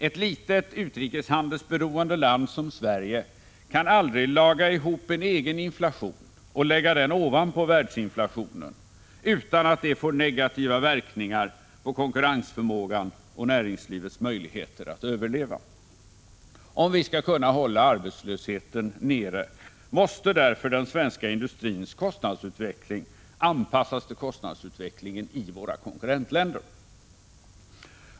Ett litet utrikeshandelsberoende land som Sverige kan aldrig ”laga ihop” en egen inflation och lägga den ovanpå världsinflationen utan att det får negativa verkningar på konkurrensförmågan och näringslivets möjligheter att överleva. Om vi skall kunna hålla arbetslösheten nere, måste därför den svenska industrins kostnadsutveckling anpassas till kostnadsutvecklingen i våra konkurrentländer.